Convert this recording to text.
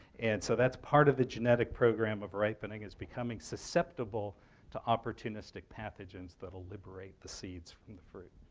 and so that's part of the genetic program of ripening is becoming susceptible to opportunistic pathogens that will liberate the seeds from the fruit.